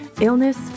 illness